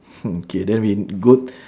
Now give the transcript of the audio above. mm K then we go